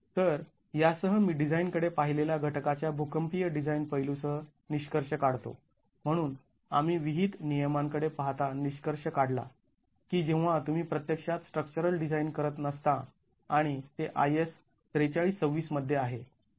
तर यासह मी डिझाईन कडे पाहिलेला घटकाच्या भूकंपीय डिझाईन पैलू सह निष्कर्ष काढतो म्हणून आम्ही विहित नियमांकडे पाहता निष्कर्ष काढला की जेव्हा तुम्ही प्रत्यक्षात स्ट्रक्चरल डिझाईन करत नसता आणि ते IS ४३२६ मध्ये आहे